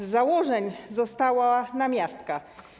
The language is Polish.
Z założeń została namiastka.